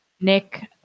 nick